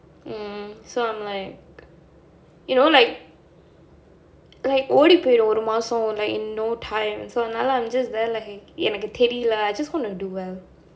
mm so I'm like you know like like ஓடி போய் ஒரு மாசம்:odi poi oru maasam like in no time so அதுனால:athunaala I'm just very like எனக்கு தெரில:enakku therila lah I just wanna do well